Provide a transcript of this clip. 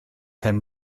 pen